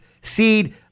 seed